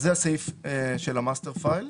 אז זה הסעיף של ה- master file.